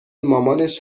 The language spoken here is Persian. مامانش